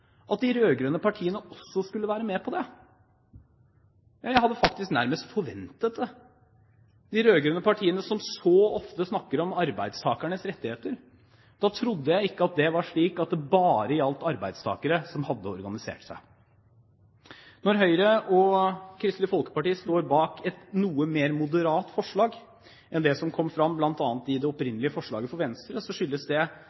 at de rød-grønne partiene skulle være med på det. Jeg hadde nærmest forventet det. De rød-grønne partiene snakker jo så ofte om arbeidstakernes rettigheter. Da trodde jeg ikke at det bare gjaldt arbeidstakere som hadde organisert seg. Når Høyre og Kristelig Folkeparti står bak et noe mer moderat forslag enn det som kom fram bl.a. i det opprinnelige forslaget fra Venstre, skyldes det